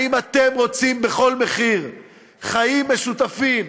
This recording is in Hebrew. האם אתם רוצים בכל מחיר חיים משותפים